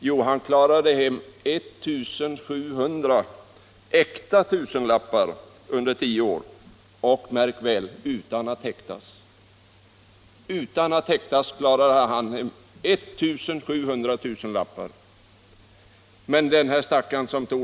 Jo, han klarade hem 1 700 äkta tusenlappar under tio år — märk väl utan att häktas, men den som tog den falska tusenlappen åkte dit!